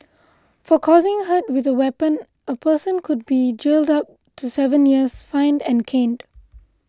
for causing hurt with a weapon a person could be jailed up to seven years fined and caned